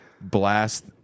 Blast